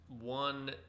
one